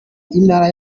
intara